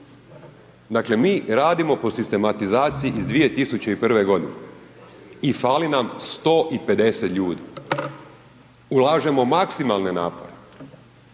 Dakle mi radimo po sistematizaciji iz 2001. godine i fali nam 150 ljudi. Ulažemo maksimalne napore